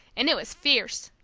and it was fierce.